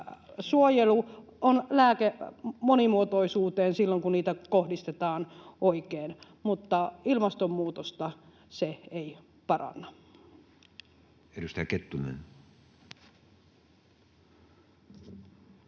Metsiensuojelu on lääke monimuotoisuuteen silloin, kun se kohdistetaan oikein, mutta ilmastonmuutosta se ei paranna. [Speech